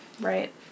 Right